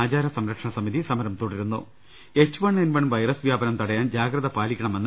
ആചാര സംരക്ഷണസമിതി സമരം തുടരുന്നു H one N one virus വ്യാപനം തടയാൻ ജാഗ്രത പാലിക്കണമെന്ന്